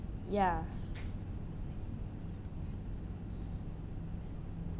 ya